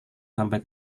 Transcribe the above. sampai